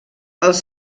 els